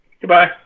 Goodbye